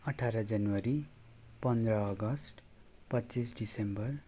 अठाह्र जनवरी पन्ध्र अगस्ट पच्चिस डिसेम्बर